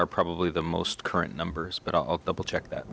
are probably the most current numbers but i'll double check that